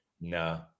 No